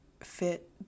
fit